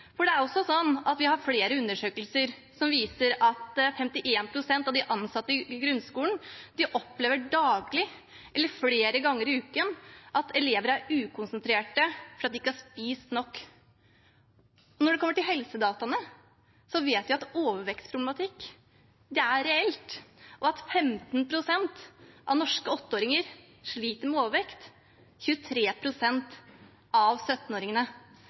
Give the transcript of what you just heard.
helse. Man er også litt uklar på statistikken. Vi har flere undersøkelser som viser at 51 pst. av de ansatte i grunnskolen flere ganger i uken opplever at elever er ukonsentrerte fordi de ikke har spist nok. Når det gjelder helsedata, vet vi at overvektsproblematikken er reell – at 15 pst. av norske 8-åringer sliter med overvekt og 23 pst. av